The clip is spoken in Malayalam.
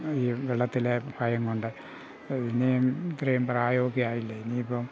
ഈ വെള്ളത്തിലെ ഭയം കൊണ്ട് ഇനിയും ഇത്രയും പ്രായമൊക്കെ ആയില്ലേ ഇനി ഇപ്പം